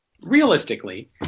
Realistically